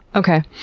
okay.